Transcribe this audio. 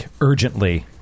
urgently